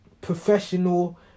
Professional